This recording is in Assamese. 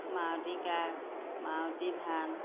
মাৰুতি কাৰ মাৰুতি ভান